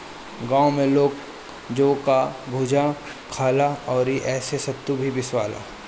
गांव में लोग जौ कअ भुजा खाला अउरी एसे सतुआ भी पिसाला